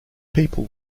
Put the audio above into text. people